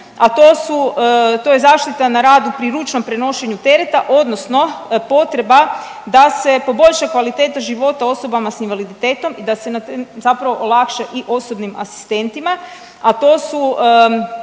a to je zaštita na radu pri ručnom prenošenju tereta odnosno potreba da se poboljša kvaliteta života osobama s invaliditetom i da se zapravo olakša i osobnim asistentima,